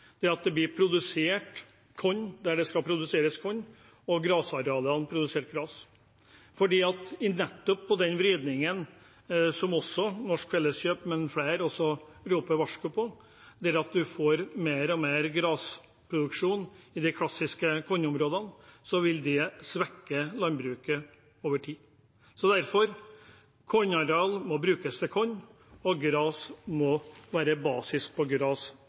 det at det blir produsert korn der det skal produseres korn, og at det på gressarealene produseres gress. For nettopp den vridningen – som Norske Felleskjøp, men også flere andre roper et varsko om – der en får mer og mer gressproduksjon i de klassiske kornområdene, vil svekke landbruket over tid. Derfor: Kornareal må brukes til korn, og gressareal må være basis